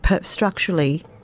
structurally